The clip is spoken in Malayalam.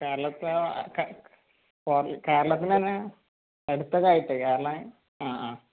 കേരളത്തിലാ ക് സോറി കേരളത്തിലന്നെ അടുത്തതായിട്ട് കേരളയ് ആ ആ